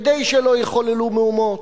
כדי שלא יחוללו מהומות.